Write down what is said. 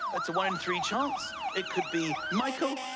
it's a one-in-three chance. it could be michael,